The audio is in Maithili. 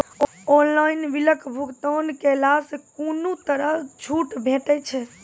ऑनलाइन बिलक भुगतान केलासॅ कुनू तरहक छूट भेटै छै?